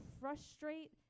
frustrate